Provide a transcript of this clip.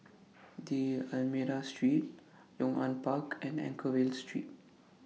D'almeida Street Yong An Park and Anchorvale Street